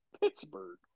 Pittsburgh